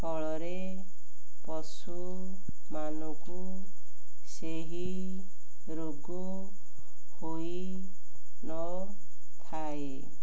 ଫଳରେ ପଶୁମାନଙ୍କୁ ସେହି ରୋଗ ହୋଇନଥାଏ